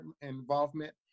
involvement